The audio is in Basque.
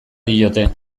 diote